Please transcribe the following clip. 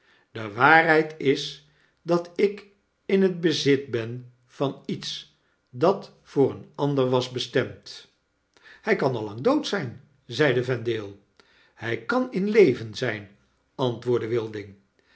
de waarheid is dat ik in het bezit ben van iets dat voor een ander was bestemd hg kan lang dood zgn zeide vendale hg kan in leven zgn antwoordde wilding